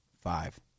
five